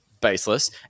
baseless